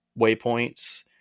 waypoints